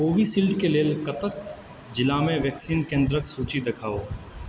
Covishield के लेल कटक जिलामे वैक्सीन केन्द्रक सूची देखाउ